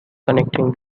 connecting